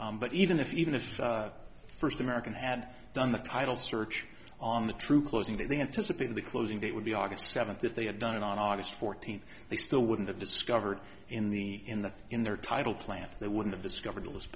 now but even if even if the first american had done the title search on the true closing that they anticipated the closing date would be august seventh if they had done it on august fourteenth they still wouldn't have discovered in the in the in their title plan they wouldn't of discovered it was